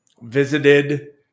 visited